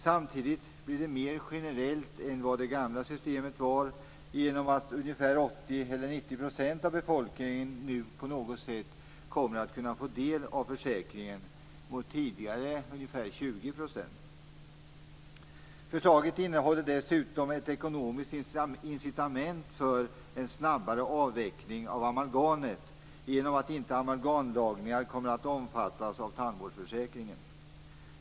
Samtidigt blir det mer generellt än det gamla systemet genom att 80-90 % av befolkningen nu på något sätt kommer att kunna få del av försäkringen mot tidigare ungefär 20 %. Förslaget innehåller dessutom ett ekonomiskt incitament för en snabbare avveckling av amalgamet genom att inte amalgamlagningar kommer att omfattas av tandvårdsförsäkringen.